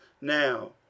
now